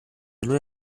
lui